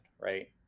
Right